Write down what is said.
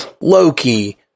Loki